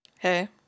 Hey